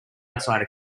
outside